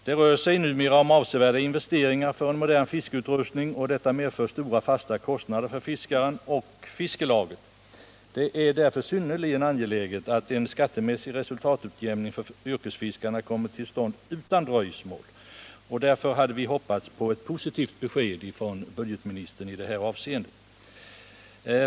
Det rör sig numera om avsevärda investeringar för en modern fiskeutrustning med stora fasta kostnader för fiskaren eller fiskelaget. Därför är det synnerligen angeläget att en skattemässig resultatutjämning för yrkesfiskarna kommer till stånd utan dröjsmål, och jag hade hoppats på ett positivt besked från budgetministern i detta avseende.